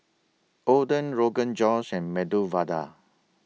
Oden Rogan Josh and Medu Vada